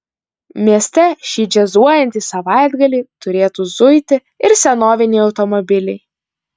mieste šį džiazuojantį savaitgalį turėtų zuiti ir senoviniai automobiliai